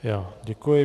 Já děkuji.